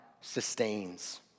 sustains